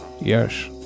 Yes